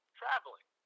traveling